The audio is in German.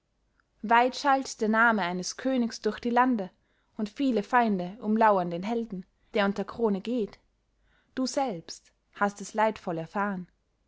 weit schallt der name eines königs durch die lande und viele feinde umlauern den helden der unter krone geht du selbst hast es leidvoll erfahren